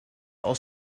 els